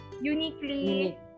uniquely